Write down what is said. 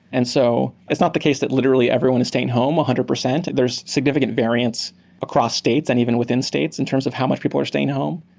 and so it's not the case that literally everyone is staying home one hundred percent. there is significant variance across states and even within states in terms of how much people are staying home.